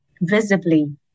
visibly